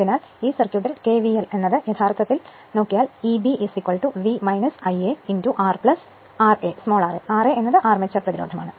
അതിനാൽ ഈ സർക്യൂട്ടിൽ kvl യഥാർത്ഥത്തിൽ പ്രയോഗിച്ചാൽ Eb V Ia R ra ra എന്നത് അർമേച്ചർ പ്രതിരോധമാണ്